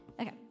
Okay